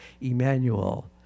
Emmanuel